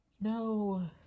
no